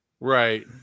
right